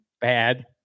Bad